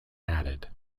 added